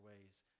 ways